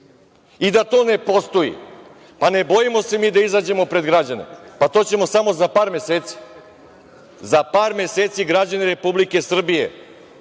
i da to ne postoji, pa ne bojimo se mi da izađemo pred građane, pa to ćemo samo za par meseci.Za par meseci građani Republike Srbije